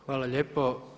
Hvala lijepo.